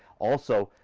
also,